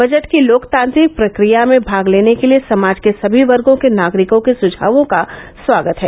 budget की लोकतांत्रिक प्रक्रिया में भाग लेने के लिये समाज के सभी वर्गो के नागरिकों के सुझावों का स्वागत है